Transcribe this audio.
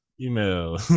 email